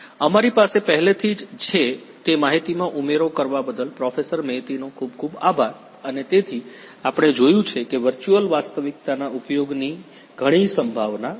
અમારી પાસે પહેલેથી જ છે તે માહિતીમાં ઉમેરો કરવા બદલ પ્રોફેસર મૈતીનો ખુબ ખુબ આભાર અને તેથી આપણે જોયું છે કે વર્ચુઅલ વાસ્તવિકતાના ઉપયોગની ઘણી સંભાવના છે